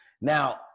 Now